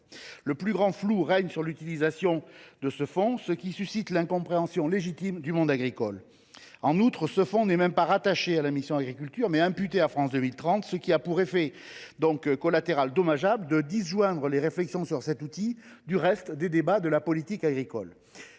Le plus grand flou règne sur l’utilisation de ce fonds, ce qui suscite l’incompréhension légitime du monde agricole. En outre, ce fonds n’est pas rattaché à la mission, mais au plan France 2030, ce qui a pour effet collatéral bien dommageable de disjoindre les réflexions sur cet outil des autres débats sur la politique agricole.